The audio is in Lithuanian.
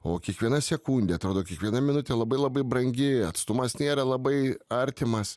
o kiekviena sekundė atrodo kiekviena minutė labai labai brangi atstumas nėra labai artimas